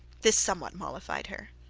this somewhat mollified her.